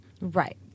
Right